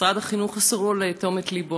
משרד הביטחון אסור לו לאטום את לבו.